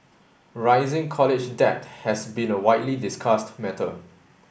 rising college debt has been a widely discussed matter